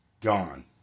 Gone